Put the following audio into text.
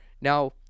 Now